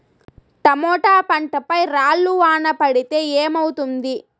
Tomato పంట పై రాళ్లు వాన పడితే ఏమవుతుంది?